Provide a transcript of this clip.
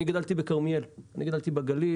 אני גדלתי בכרמיאל, בגליל.